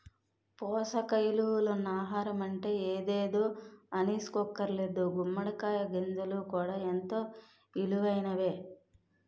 పోసక ఇలువలున్న ఆహారమంటే ఎదేదో అనీసుకోక్కర్లేదు గుమ్మడి కాయ గింజలు కూడా ఎంతో ఇలువైనయే